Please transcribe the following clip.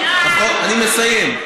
אני מסיים.